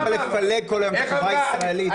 למה לפלג כל היום את החברה הישראלית לתתי חלוקות?